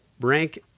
rank